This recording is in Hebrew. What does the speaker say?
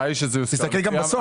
תסתכל גם בסוף,